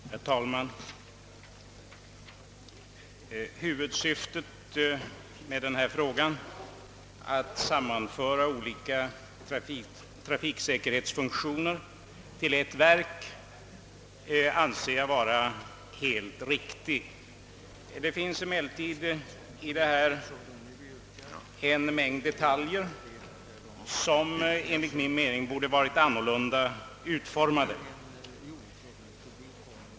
Herr talman! Huvudsyftet med det nu föreliggande förslaget, att sammanföra olika trafiksäkerhetsfunktioner till ett verk, är helt riktigt. Det finns emellertid en mängd detaljer som enligt min mening borde ha varit annorlunda utformade.